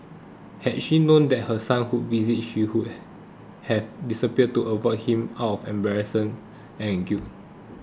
had she known that her son would visit she who have disappeared to avoid him out of embarrassment and guilt